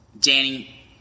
Danny